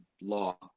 law